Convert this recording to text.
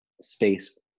space